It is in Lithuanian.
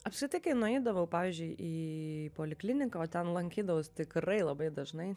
apšitai kai nueidavau pavyzdžiui į polikliniką o ten lankydavausi tikrai labai dažnai